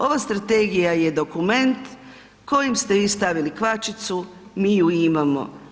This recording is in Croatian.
Ova strategija je dokument kojem ste vi stavili kvačicu, mi ju imamo.